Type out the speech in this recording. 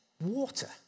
water